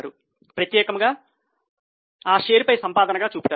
సాధారణంగా ప్రత్యేకముగా ఆ షేర్ పై సంపాదనగా చూపుతారు